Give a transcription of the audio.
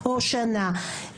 או שנה.